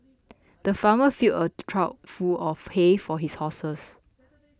the farmer filled a trough full of hay for his horses